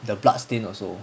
the blood stain also